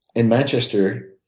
in manchester,